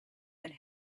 and